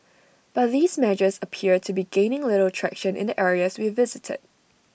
but these measures appear to be gaining little traction in the areas we visited